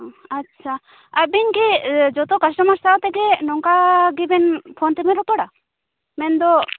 ᱟᱪᱪᱷᱟ ᱟᱹᱵᱤᱱ ᱜᱮ ᱡᱚᱛᱚ ᱠᱟᱥᱴᱳᱢᱟᱨ ᱥᱟᱶ ᱛᱮᱜᱮ ᱱᱚᱝᱠᱟ ᱜᱮᱵᱮᱱ ᱯᱷᱳᱱ ᱛᱮᱵᱮᱱ ᱨᱚᱯᱚᱲᱟ ᱢᱮᱱᱫᱚ